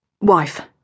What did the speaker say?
wife